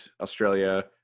Australia